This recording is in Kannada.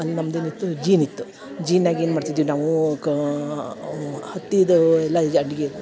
ಅಲ್ಲ ನಮ್ದು ಏನಿತ್ತು ಜೀನ್ ಇತ್ತು ಜೀನ್ಯಾಗ ಏನು ಮಾಡ್ತಿದ್ವಿ ನಾವು ಕಾ ಹತ್ತಿದ ಎಲ್ಲ